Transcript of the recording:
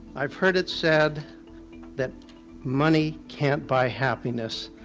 i've heard it said that money can't buy happiness